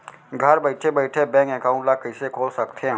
घर बइठे बइठे बैंक एकाउंट ल कइसे खोल सकथे?